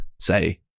say